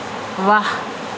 واہ